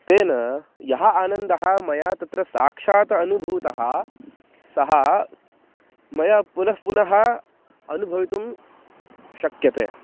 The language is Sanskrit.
तेन यः आनन्दः मया तत्र साक्षात् अनुभूतः सः मया पुनः पुनः अनुभवितुं शक्यते